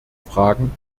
fragen